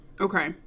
Okay